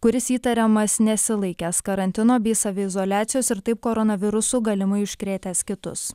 kuris įtariamas nesilaikęs karantino bei saviizoliacijos ir taip koronavirusu galimai užkrėtęs kitus